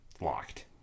Locked